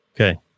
Okay